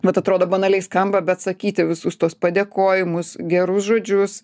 vat atrodo banaliai skamba bet sakyti visus tuos padėkojimus gerus žodžius